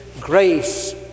grace